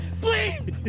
Please